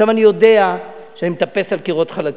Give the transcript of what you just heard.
עכשיו, אני יודע שאני מטפס על קירות חלקים.